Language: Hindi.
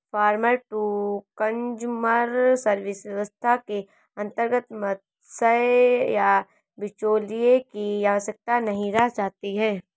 फार्मर टू कंज्यूमर सर्विस व्यवस्था के अंतर्गत मध्यस्थ या बिचौलिए की आवश्यकता नहीं रह जाती है